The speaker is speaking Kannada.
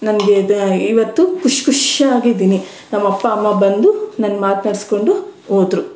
ನನಗೆ ದ ಇವತ್ತು ಖುಷಿ ಖುಷಿಯಾಗಿದ್ದೀನಿ ನಮ್ಮ ಅಪ್ಪ ಅಮ್ಮ ಬಂದು ನನ್ನ ಮಾತ್ನಾಡ್ಸ್ಕೊಂಡು ಹೋದ್ರು